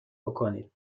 بکنید